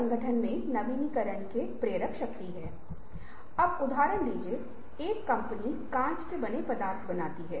हर बार हम सीमाओं को धक्का देते हैं कुछ मौजूदा मान्यताओं को खिड़की से बाहर फेंक दिया जाता है